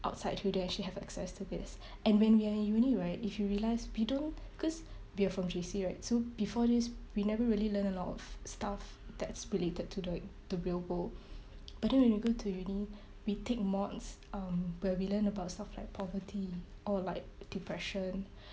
outside who don't actually have access to this and when we are in uni right if you realise we don't cause we're from J_C right so before this we never really learn a lot of stuff that's related to the the real world but then when you go to uni we take mods um but we learn about stuff like poverty or like depression